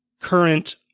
current